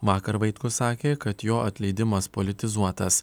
vakar vaitkus sakė kad jo atleidimas politizuotas